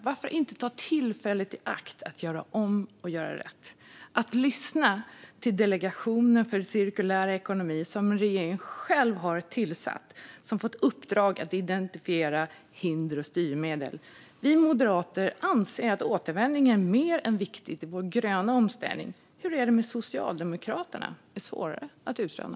Varför inte ta tillfället i akt att göra om och göra rätt och lyssna till Delegationen för cirkulär ekonomi, som regeringen själv har tillsatt, som fått uppdraget att identifiera hinder och styrmedel? Vi moderater anser att återanvändning är mer än viktigt i vår gröna omställning. Hur det är med Socialdemokraterna är svårare att utröna.